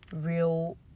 real